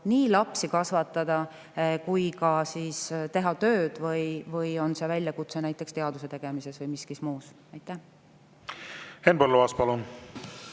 nii lapsi kasvatada kui ka teha tööd või on see väljakutse näiteks teaduse tegemises või milleski muus. Henn Põlluaas, palun!